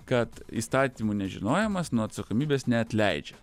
kad įstatymų nežinojimas nuo atsakomybės neatleidžia